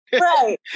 Right